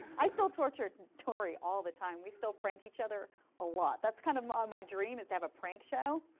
i still torture tory all the time. we still prank each other a lot. that's kind of my dream, is to have a prank show.